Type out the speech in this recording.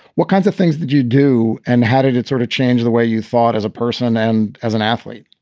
what kinds of things did you do? and how did it sort of change the way you thought as a person and as an athlete?